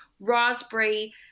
raspberry